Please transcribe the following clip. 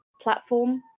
platform